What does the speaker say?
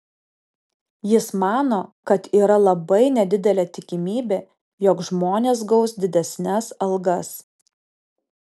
jis mano kad yra labai nedidelė tikimybė jog žmonės gaus didesnes algas